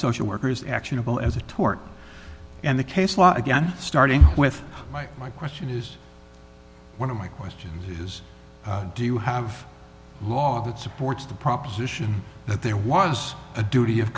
social workers actionable as a tort and the case law again starting with my my question is one of my questions is do you have a law that supports the proposition that there was a duty of